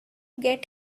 get